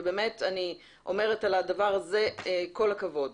ובאמת אני אומרת על הדבר הזה כל הכבוד.